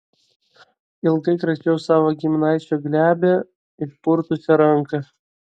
ilgai kračiau savo giminaičio glebią išpurtusią ranką